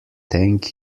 thank